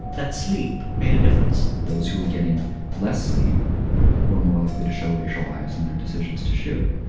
that sleep made a difference those who were getting less sleep were more or likely to show racial bias in their decisions to shoot.